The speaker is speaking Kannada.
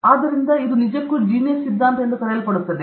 ಆದ್ದರಿಂದ ಇದು ನಿಜಕ್ಕೂ ಈ ಜೀನಿಯಸ್ ಸಿದ್ಧಾಂತ ಎಂದು ಕರೆಯಲ್ಪಡುತ್ತದೆ